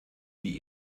wie